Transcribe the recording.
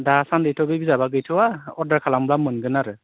दासान्दिथ' बे बिजाबा गैथ'वा अरदार खालामब्ला मोनगोन आरो